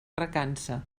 recança